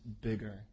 bigger